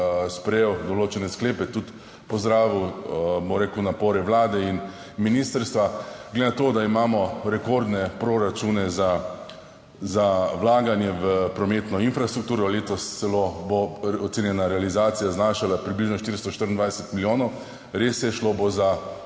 sprejel določene sklepe, tudi pozdravil, bom rekel, napore Vlade in ministrstva. Glede na to, da imamo rekordne proračune za vlaganje v prometno infrastrukturo, letos celo bo ocenjena realizacija znašala približno 424 milijonov, res je, šlo bo za